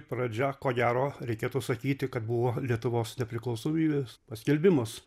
pradžia ko gero reikėtų sakyti kad buvo lietuvos nepriklausomybės paskelbimas